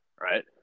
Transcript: Right